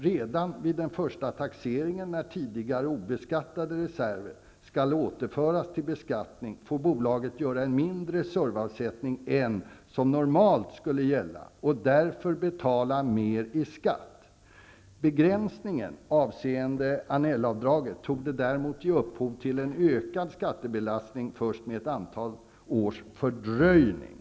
Redan vid den första taxeringen, när tidigare obeskattade reserver skall återföras till beskattning, får bolaget göra en mindre survavsättning än som normalt skulle gälla och därför betala mer i skatt. Begränsningen avseende Annellavdraget torde däremot ge upphov till en ökad skattebelastning först med ett antal års fördröjning.